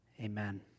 amen